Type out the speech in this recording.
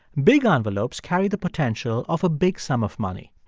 big envelopes carry the potential of a big sum of money.